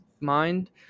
mind